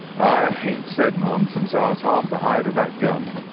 i hain't said none since ah i was half the height o' that gun.